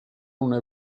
una